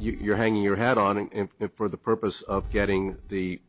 you're hanging your hat on for the purpose of getting the